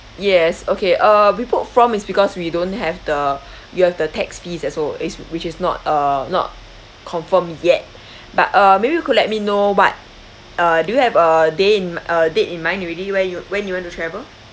yes okay uh we put from is because we don't have the you have the tax fees also is which is not uh not confirmed yet but uh maybe you could let me know what uh do you have uh day in uh date in mind already where you when you want to travel